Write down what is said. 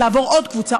לעבור עוד קבוצה,